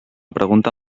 pregunta